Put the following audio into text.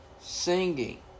singing